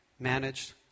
managed